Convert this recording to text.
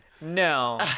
No